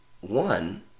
One